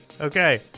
Okay